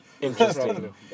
Interesting